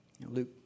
Luke